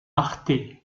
arte